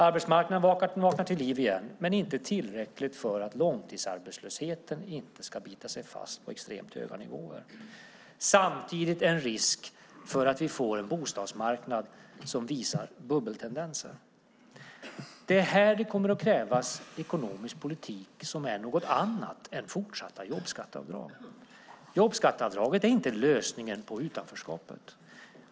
Arbetsmarknaden vaknar till liv igen, men inte tillräckligt för att långtidsarbetslösheten inte ska bita sig fast på extremt höga nivåer. Samtidigt finns en risk för att vi får en bostadsmarknad som visar bubbeltendenser. Det är här det kommer att krävas ekonomisk politik som är något annat än fortsatta jobbskatteavdrag. Jobbskatteavdraget är inte lösningen på utanförskapet.